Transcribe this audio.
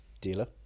dealer